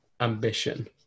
Ambition